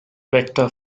vector